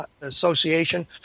Association